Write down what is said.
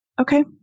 Okay